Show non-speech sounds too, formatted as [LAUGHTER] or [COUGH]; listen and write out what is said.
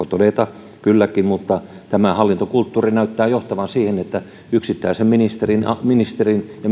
[UNINTELLIGIBLE] todeta kylläkin mutta tämä hallintokulttuuri näyttää johtavan siihen että yksittäisen ministerin ministerin ja [UNINTELLIGIBLE]